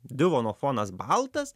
divono fonas baltas